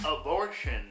abortion